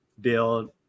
build